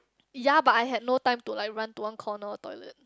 ya but I had not time to like run to one corner or toilet